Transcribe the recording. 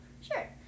Sure